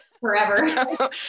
forever